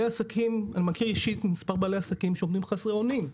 אני מכיר אישית מספר בעלי עסקים שעומדים חסרי אונים.